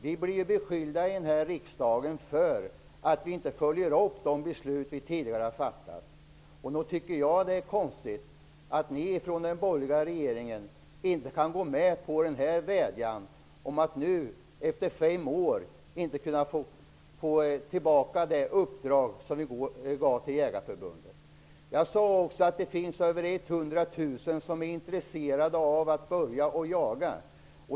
Vi blev i riksdagen beskyllda för att inte följa upp de beslut vi tidigare fattat, men nog tycker jag att det är konstigt att ni från den borgerliga regeringen inte kan gå med på den här vädjan om att nu efter fem år få tillbaka det uppdrag som vi gav till Jag sade också att det finns över 100 000 människor som är intresserade av att börja jaga.